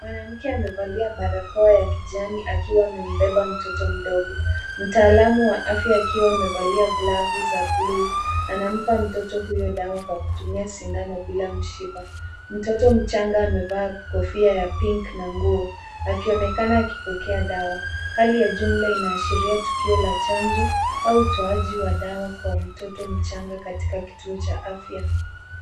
Mwanamke amevalia barakoa ya kijani akiwa amembeba mtoto mdogo. Mtaalamu wa afya akiwa amevalia glavu za buluu anampa mtoto huyo dawa kwa kutumia sindano bila mshipa. Mtoto mchanga amevaa kofia ya pink na nguo akionekana akipokea dawa. Hali ya jumla inaashiria tukio la chanjo au utoaji wa dawa kwa mtoto mchanga katika kituo cha afya.